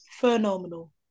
Phenomenal